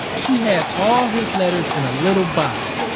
she had all his letters in a little box.